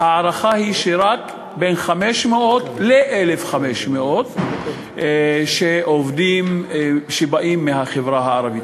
ההערכה היא שרק בין 500 ל-1,500 עובדים באים מהחברה הערבית.